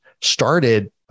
started